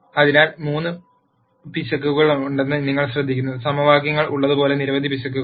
അതിനാൽ മൂന്ന് പിശകുകളുണ്ടെന്ന് നിങ്ങൾ ശ്രദ്ധിക്കുന്നു സമവാക്യങ്ങൾ ഉള്ളതുപോലെ നിരവധി പിശകുകൾ